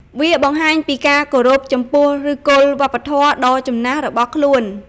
វាបង្ហាញពីការគោរពចំពោះឫសគល់វប្បធម៌ដ៏ចំណាស់របស់ខ្លួន។